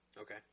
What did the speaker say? Okay